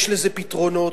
יש לזה פתרונות.